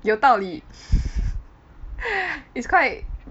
有道理 it's quite